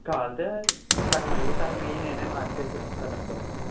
కావల్సిస్తే సగం అవి సగం ఇవి నేను మార్చి ఇస్తాను డబ్బాలు అండి